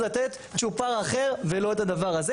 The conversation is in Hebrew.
לתת צ'ופר אחר ולא את הדבר הזה.